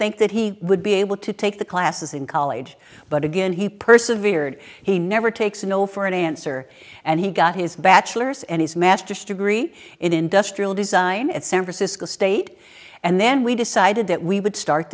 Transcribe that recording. think that he would be able to take the classes in college but again he persevered he never takes no for an answer and he got his bachelor's and his master's degree in industrial design at san francisco state and then we decided that we would start